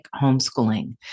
homeschooling